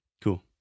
cool